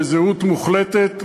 בזהות מוחלטת,